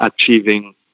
achieving